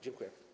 Dziękuję.